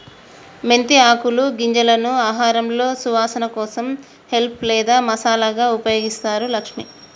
మెంతి ఆకులు గింజలను ఆహారంలో సువాసన కోసం హెల్ప్ లేదా మసాలాగా ఉపయోగిస్తారు లక్ష్మి